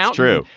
um true.